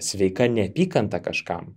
sveika neapykanta kažkam